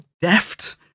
deft